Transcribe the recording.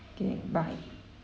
okay bye